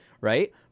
right